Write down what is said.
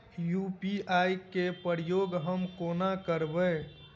UPI केँ प्रयोग हम कोना करबे?